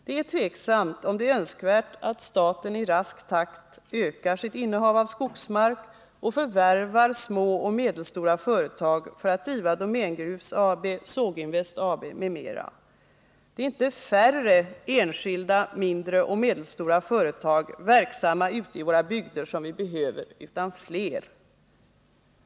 Det är tveksamt om det är önskvärt att staten i rask takt ökar sitt innehav av skogsmark och förvärvar små och medelstora företag för att driva Domängrus AB, Såginvest AB m.m. Det är inte färre enskilda mindre och medelstora företag verksamma ute i våra bygder som vi behöver utan fler.